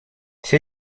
все